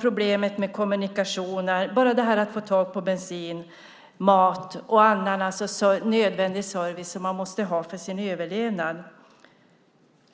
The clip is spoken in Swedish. problemet med kommunikationer och att få tag på bensin, mat och annan nödvändig service som man måste ha för sin överlevnad.